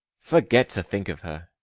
forget to think of her.